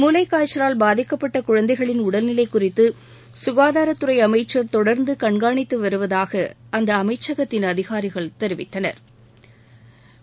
மூளைக்காய்ச்சலால் பாதிக்கப்பட்ட குழந்தைகளின் உடல்நிலை குறித்து குகாதாரத்துறை அமைச்சர் தொடா்ந்து கண்காணித்துவருவதாக அந்த அமைச்சகத்தின் அதிகாரிகள் தெரிவித்தனா்